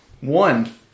One